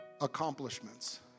accomplishments